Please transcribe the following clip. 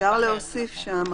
אפשר להוסיף שם,